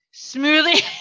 Smoothie